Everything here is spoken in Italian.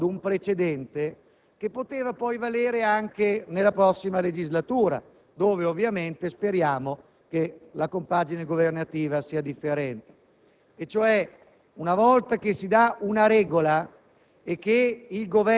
perché hanno evitato che si creasse in qualche modo un precedente che poteva poi valere anche nella prossima legislatura, nella quale ovviamente speriamo che la compagine governativa sia differente.